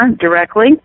directly